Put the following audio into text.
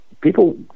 people